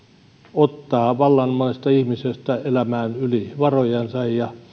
ottaa vallan monesta ihmisestä ja saa elämään yli varojensa